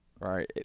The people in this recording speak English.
Right